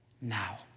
now